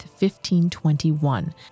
1521